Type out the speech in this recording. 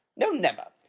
no, never.